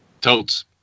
Totes